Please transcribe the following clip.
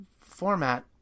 format